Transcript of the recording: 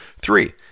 Three